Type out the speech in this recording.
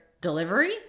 delivery